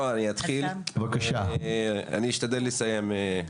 אני אתחיל, ואשתדל לסיים.